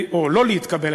או לא להתקבל,